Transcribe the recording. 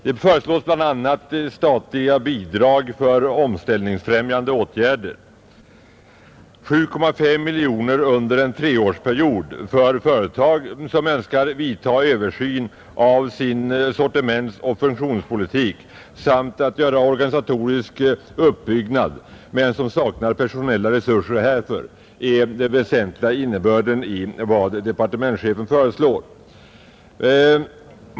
Det föreslås bl.a. att statliga bidrag för omställningsfrämjande åtgärder om 7,5 miljoner kronor för en treårsperiod ställs till förfogande för företag som önskar vidtaga översyn av sin sortimentsoch fusionspolitik samt göra en organisatorisk uppbyggnad men som saknar personella resurser härför. Det är den väsentliga innebörden i vad departementschefen föreslår.